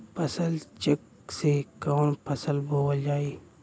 फसल चेकं से कवन फसल बोवल जाई?